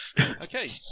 Okay